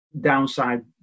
Downside